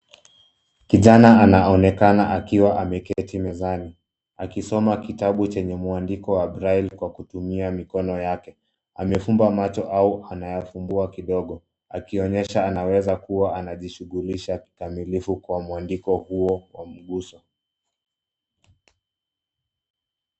Kijana anaonekana akiwa ameketi mezani, akisoma kitabu chenye mwandiko wa braille kwa kutumia mikono yake. Amefumba macho au anayafumbua kidogo, akionyesha anaweza kuwa anajishughulisha kikamilifu kwa mwandiko huo wa mguso.